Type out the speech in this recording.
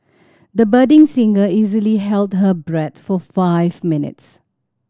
the budding singer easily held her breath for five minutes